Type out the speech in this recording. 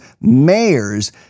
mayors